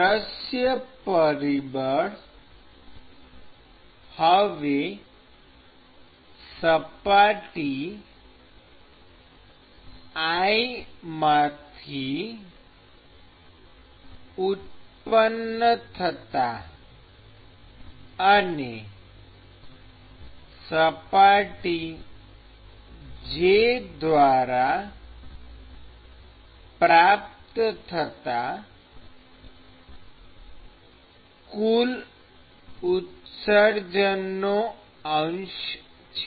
દૃશ્ય પરિબળ હવે સપાટી i માંથી ઉત્પન્ન થતાં અને સપાટી j દ્વારા પ્રાપ્ત થતાં કુલ ઉત્સર્જનનો અંશ છે